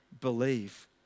believe